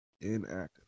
inactive